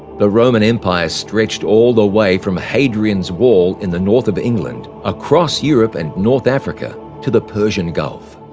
the roman empire stretched all the way from hadrian's wall in the north of england, across europe and north africa to the persian gulf.